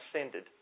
ascended